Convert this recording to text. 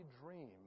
dream